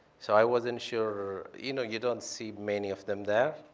so i wasn't sure. you know, you don't see many of them there.